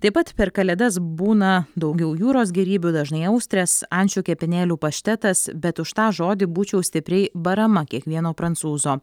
taip pat per kalėdas būna daugiau jūros gėrybių dažnai austrės ančių kepenėlių paštetas bet už tą žodį būčiau stipriai barama kiekvieno prancūzo